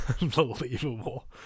Unbelievable